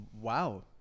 wow